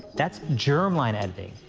that's germline editing.